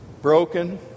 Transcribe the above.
Broken